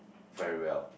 very well